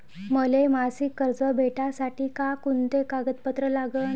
मले मासिक कर्ज भेटासाठी का कुंते कागदपत्र लागन?